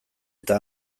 eta